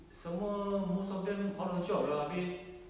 semua most of them out of job lah habis